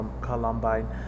Columbine